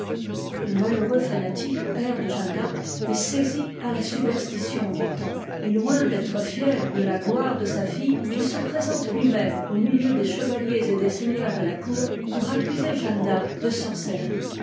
le malheureux fanatique père de jeanne d'arc est saisi par la superstition du temps et loin d'être fier de la gloire de sa fille il se présente tuimême au milieu des chevaliers et des seigneurs de la cour pour accuser jeanne d'arc de sorcellerie